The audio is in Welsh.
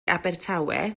abertawe